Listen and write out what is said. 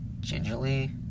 gingerly